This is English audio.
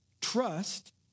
trust